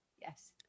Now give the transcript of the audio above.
Yes